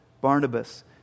Barnabas